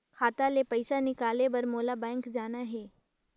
खाता ले पइसा निकाले बर मोला बैंक जाना हे?